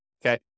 Okay